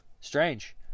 Strange